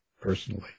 personally